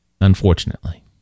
unfortunately